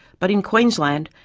but in queensland,